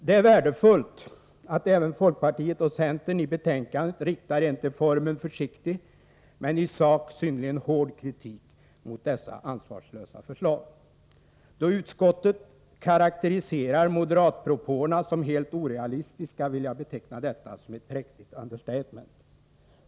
Det är värdefullt att även folkpartiet och centern i betänkandet riktar en till formen försiktig men i sak synnerligen hård kritik mot dessa ansvarslösa förslag. Då utskottet karakteriserar moderatpropåerna som helt orealistiska, vill jag beteckna detta såsom ett präktigt understatement.